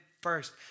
first